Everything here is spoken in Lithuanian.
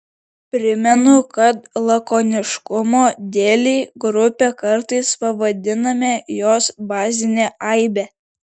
primenu kad lakoniškumo dėlei grupe kartais pavadiname jos bazinę aibę